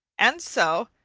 and so,